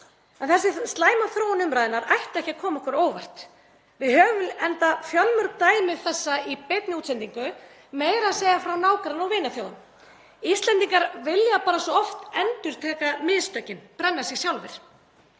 En þessi slæma þróun umræðunnar ætti ekki að koma okkur á óvart. Við höfum enda fjölmörg dæmi þessa í beinni útsendingu, meira að segja frá nágranna- og vinaþjóðum. Íslendingar vilja bara svo oft endurtaka mistökin, brenna sig sjálfir.